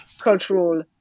cultural